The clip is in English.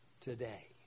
today